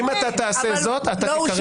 -- אם אתה תעשה זאת, אתה תיקרא לסדר.